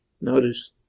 Notice